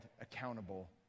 accountable